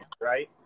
right